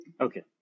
Okay